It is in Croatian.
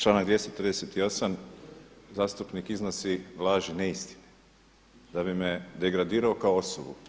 Članak 238. zastupnik iznosi laži, neistine da bi me degradirao kao osobu.